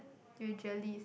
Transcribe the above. usually